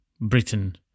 Britain